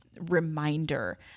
reminder